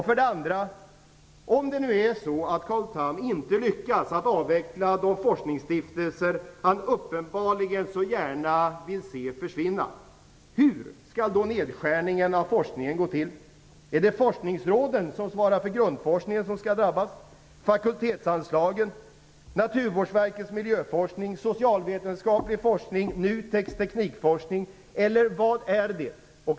För det andra: Hur skall nedskärningen av forskningen gå till om Carl Tham inte lyckas avveckla de forskningsstiftelser han uppenbarligen så gärna vill se försvinna? Är det forskningsråden, som svarar för grundforskningen, som skall drabbas? Är det fakultetsanslagen, Naturvårdsverkets miljöforskning, socialvetenskaplig forskning, NUTEK:s teknikforskning, eller vad är det?